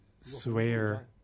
swear